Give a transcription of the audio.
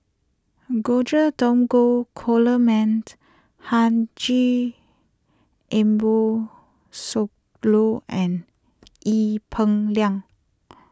George Dromgold Coleman Haji Ambo Sooloh and Ee Peng Liang